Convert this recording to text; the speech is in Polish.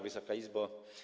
Wysoka Izbo!